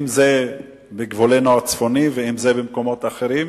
אם זה בגבולנו הצפוני ואם זה במקומות אחרים.